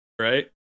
right